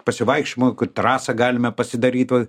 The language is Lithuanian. pasivaikščiojimo trasą galime pasidaryt va